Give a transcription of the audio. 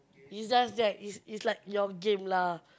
it's just that it's it's like your game lah